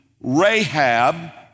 Rahab